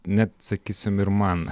net sakysim ir man